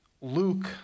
Luke